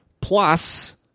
plus